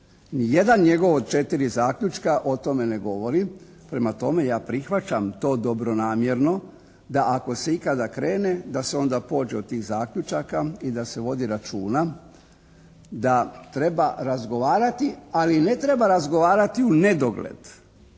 Ni jedan njegov od 4 zaključka o tome ne govori. Prema tome, ja prihvaćam to dobronamjerno da ako se ikada krene da se onda pođe od tih zaključaka i da se vodi računa da treba razgovarati, ali ne treba razgovarati unedogled.